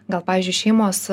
gal pavyzdžiui šeimos